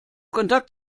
kontakt